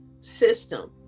system